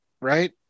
right